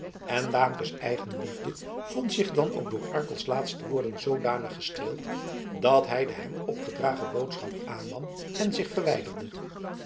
en daamkes eigenliefde vond zich dan ook door arkels laatste woorden zoodanig gestreeld dat hij de hem opgedragen boodschap aannam en zich verwijderde